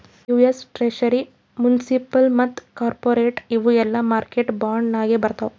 US treasury, municipal ಮತ್ತ corporate ಇವು ಎಲ್ಲಾ ಮಾರ್ಕೆಟ್ ಬಾಂಡ್ ನಾಗೆ ಬರ್ತಾವ್